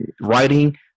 writing